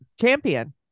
Champion